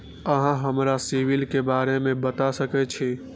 अहाँ हमरा सिबिल के बारे में बता सके छी?